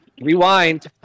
Rewind